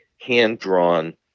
hand-drawn